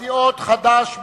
סיעות חד"ש,